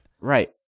Right